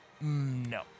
No